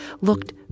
looked